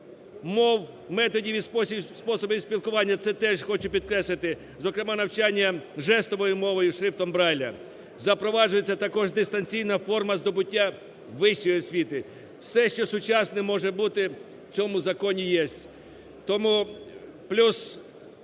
мов, методів і способів спілкування, це теж хочу підкреслити, зокрема навчання жестовою мовою і шрифтом Брайля. Запроваджується також дистанційна форма здобуття вищої освіти. Все, що сучасне може бути, в цьому законі є.